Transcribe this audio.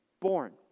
born